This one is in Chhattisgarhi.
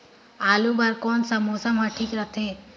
आलू बार कौन सा मौसम ह ठीक रथे?